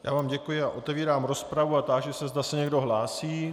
Já vám děkuji a otevírám rozpravu a táži se, zda se někdo hlásí.